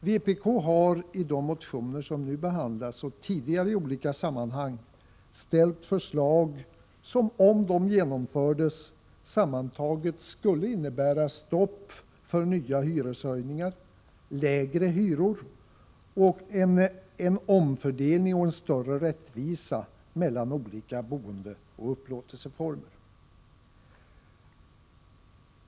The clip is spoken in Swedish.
Vpk har i de motioner som nu behandlas och tidigare i olika sammanhang ställt förslag som, om de genomfördes, sammantaget skulle innebära stopp för nya hyreshöjningar samt leda till lägre hyror, till en omfördelning och till större rättvisa mellan olika boendeoch upplåtelseformer.